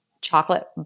chocolate